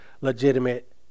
legitimate